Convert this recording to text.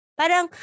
parang